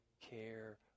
care